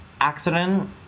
accident